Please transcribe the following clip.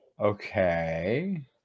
Okay